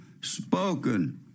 spoken